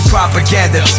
Propaganda